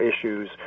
issues